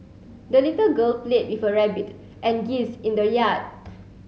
the little girl played with her rabbit and geese in the yard